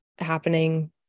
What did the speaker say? happening